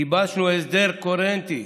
גיבשנו הסדר קוהרנטי